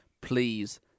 please